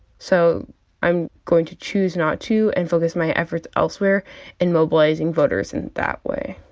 so i'm going to choose not to and focus my efforts elsewhere in mobilizing voters in that way.